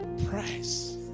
price